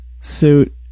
suit